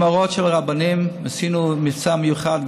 עם הוראות של רבנים עשינו מבצע מיוחד,